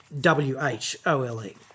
W-H-O-L-E